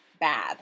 bad